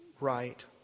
right